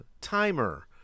Timer